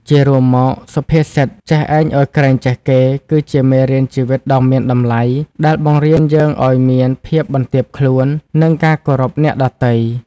ជារួមមក សុភាសិត "ចេះឯងឲ្យក្រែងចេះគេ" គឺជាមេរៀនជីវិតដ៏មានតម្លៃ ដែលបង្រៀនយើងឲ្យមាន ភាពបន្ទាបខ្លួន និងការគោរពអ្នកដទៃ។